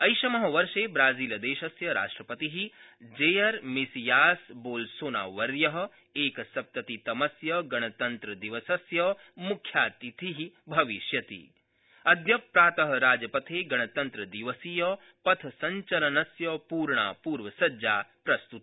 ऐषम वर्षे ब्राजीलदेशस्य राष्ट्रपति जेयर मेसियास बोलसोनावर्य क्रिसप्ततितमस्य गणतन्त्रदिवसस्य मुख्यातिथि भविष्यति अद्य प्रात राजपथे गणतन्त्रदिवसीय पथसञ्चलनस्य पूर्ण प्र्वसज्जा प्रस्तुता